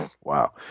Wow